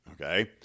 Okay